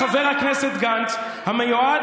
חבר הכנסת גנץ,